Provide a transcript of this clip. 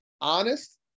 Honest